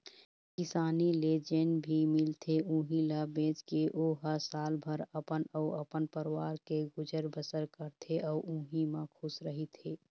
किसानी ले जेन भी मिलथे उहीं ल बेचके ओ ह सालभर अपन अउ अपन परवार के गुजर बसर करथे अउ उहीं म खुस रहिथे